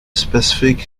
specific